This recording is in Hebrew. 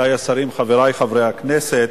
חברי חברי הכנסת,